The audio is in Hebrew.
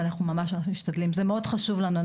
אנחנו ממש-ממש משתדלים, זה מאוד חשוב לנו.